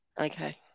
Okay